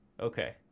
okay